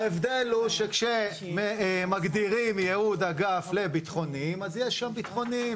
ההבדל הוא שכשמגדירים ייעוד אגף לביטחוניים אז יש שם ביטחוניים,